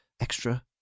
extra